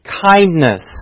kindness